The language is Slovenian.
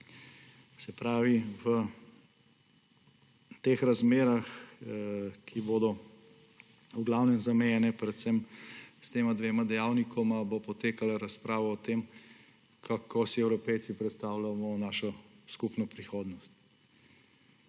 še traja. V teh razmerah, ki bodo zamejene predvsem s tema dvema dejavnikoma, bo potekala razprava o tem, kako si Evropejci predstavljamo našo skupno prihodnost.